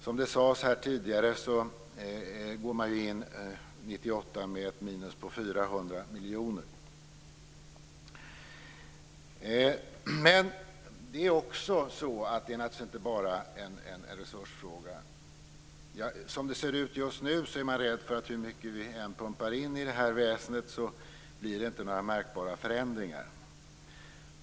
Som det sades här tidigare går man in i 1998 med ett minus på 400 miljoner. Men det är naturligtvis inte bara en resursfråga. Som det ser ut just nu är man rädd att det inte blir några märkbara förändringar hur mycket vi än pumpar in det här väsendet.